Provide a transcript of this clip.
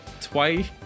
Twice